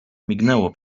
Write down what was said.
mignęło